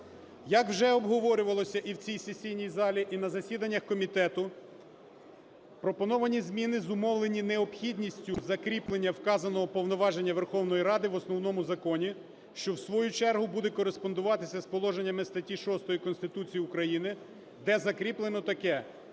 Як вже обговорювалося і в цій сесійній залі, і на засіданнях комітету, пропоновані зміни зумовлені необхідністю закріплення вказаного повноваження Верховної Ради в Основному Законі, що в свою чергу буде кореспондуватися з положеннями статті 6 Конституції України, де закріплено таке,